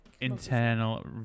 Internal